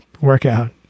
workout